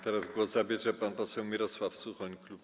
Teraz głos zabierze pan poseł Mirosław Suchoń, klub